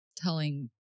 telling